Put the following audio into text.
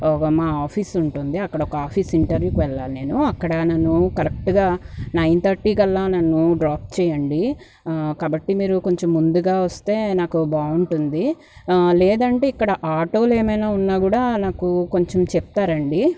ఒక మా ఆఫీస్ ఉంటుంది అక్కడ ఒక ఆఫీస్ ఇంటర్వ్యూకు వెళ్ళాలి నేను అక్కడ నేను కరెక్ట్గా నైన్ తట్టీకల్లా నన్ను డ్రాప్ చేయండి కాబట్టి మీరు కొంచెం ముందుగా వస్తే నాకు బాగుంటుంది లేదంటే ఇక్కడ ఆటోలు ఏమైనా ఉన్నా కూడా నాకు కొంచెం చెప్తారండి